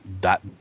dot